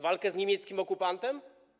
Walka z niemieckim okupantem?